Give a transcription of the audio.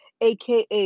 aka